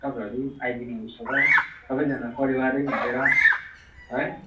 तपाईँहरू आइदिनुहोस् होला सबैजना परिवारै मिलेर है